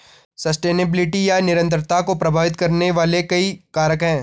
sustainability या निरंतरता को प्रभावित करने वाले कई कारक हैं